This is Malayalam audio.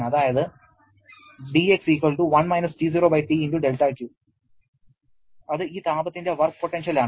അതായത് അത് ഈ താപത്തിന്റെ വർക്ക് പൊട്ടൻഷ്യൽ ആണ്